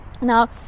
now